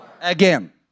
Again